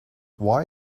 why